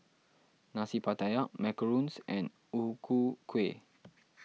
Nasi Pattaya Macarons and O Ku Kueh